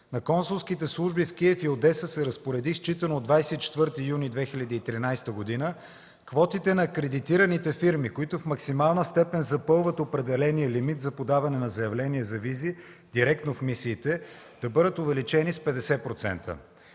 в консулските служби в Киев и Одеса се разпоредих, считано от 24 юни 2013 г., квотите на акредитираните фирми, които в максимална степен запълват определения лимит за подаване на заявления за визи директно в мисиите, да бъдат увеличени с 50%.